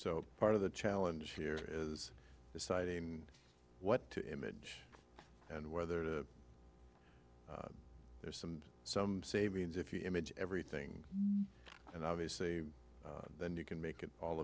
so part of the challenge here is deciding what to image and whether to there's some savings if you image everything and obviously then you can make it all